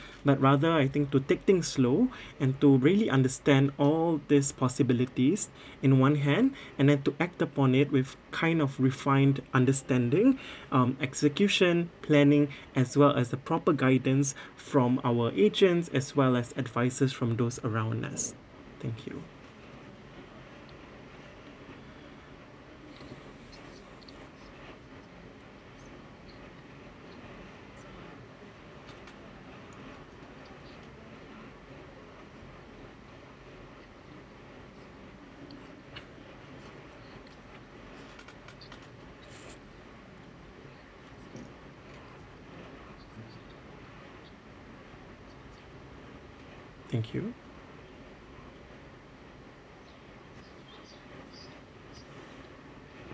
but rather I think to take things slow and to really understand all these possibilities in one hand and then to act upon it with kind of refined understanding um execution planning as well as the proper guidance from our agents as well as advices from those around us thank you